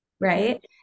Right